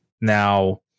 Now